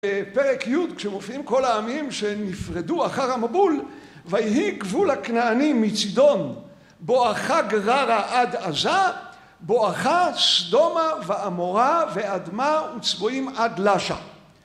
בפרק י', כשמופיעים כל העמים שנפרדו אחר המבול: "ויהי גבול הכנעני מצידון, בואכה גררה עד עזה, בואכה סדומה ועמורה, ואדמה, וּצְבֹיִם עד לָשַׁע."